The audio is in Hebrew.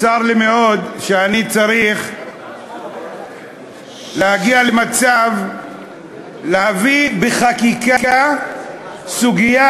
צר לי מאוד שאני צריך להגיע למצב שאביא בחקיקה סוגיה